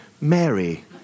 Mary